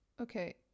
Okay